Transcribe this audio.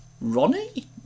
Ronnie